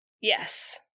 Yes